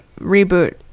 reboot